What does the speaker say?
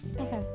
Okay